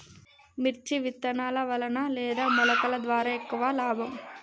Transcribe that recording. మిర్చి విత్తనాల వలన లేదా మొలకల ద్వారా ఎక్కువ లాభం?